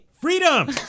Freedom